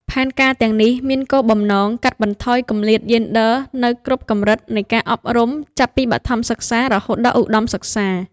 ផែនការទាំងនេះមានគោលបំណងកាត់បន្ថយគម្លាតយេនឌ័រនៅគ្រប់កម្រិតនៃការអប់រំ ចាប់ពីបឋមសិក្សារហូតដល់ឧត្តមសិក្សា។